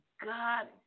God